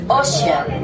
ocean